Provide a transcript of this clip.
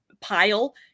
pile